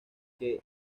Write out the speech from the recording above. que